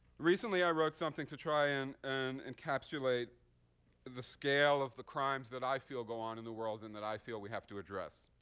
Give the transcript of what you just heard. recently, i wrote something to try and encapsulate the scale of the crimes that i feel go on in the world and that i feel we have to address.